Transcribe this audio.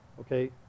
Okay